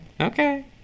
okay